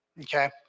Okay